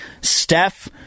Steph